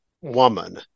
woman